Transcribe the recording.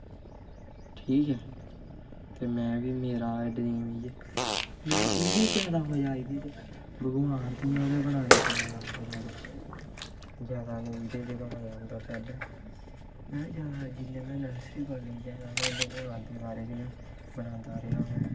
ठीक ऐ ते में बी मेरा बी ड्रीम इ'यै मिगी जैदा मज़ा ऐ एह्दे च भगवान दियां गै बनाने गी जैदा इं'दे च गै मज़ा आंदा पैह्लैं में जैदा इं'दे बारे च गै जैदा बनांदा रेहा